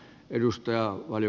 edustaja oli